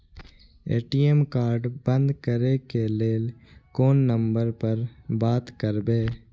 ATM card बंद करे के लेल कोन नंबर पर बात करबे?